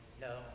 no